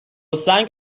سنگ